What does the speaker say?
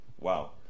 Wow